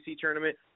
tournament